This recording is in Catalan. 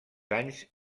anys